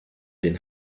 den